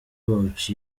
bawuca